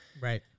Right